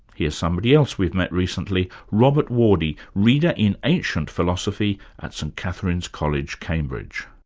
here's somebody else we've met recently, robert wardy, reader in ancient philosophy at st catherine's college, cambridge.